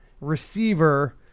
receiver